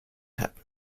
happen